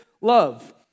love